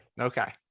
okay